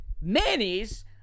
Manny's